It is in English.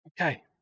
okay